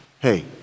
Hey